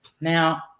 Now